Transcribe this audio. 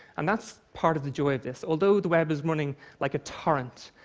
and that's part of the joy of this. although the web is running like a torrent,